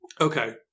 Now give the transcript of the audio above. okay